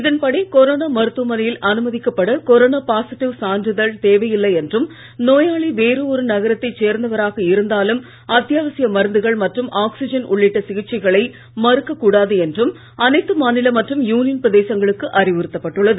இதன்படி கொரோனா மருத்துவமனையில் அனுமதிக்கப்பட கொரோனா பாசிட்டிவ் சான்றிதழ் தேவையில்லை என்றும் நோயாளி வேறு ஒரு நகரத்தை சேர்ந்தவராக இருந்தாலும் அத்தியாவசிய மருந்துகள் மற்றும் ஆக்சிஜன் உள்ளிட்ட சிகிச்சைகளை மறுக்கக் கூடாது என்றும் அனைத்து மாநில மற்றும் யூனியன் பிரதேசங்களுக்கு அறிவுறுத்தப்பட்டுள்ளது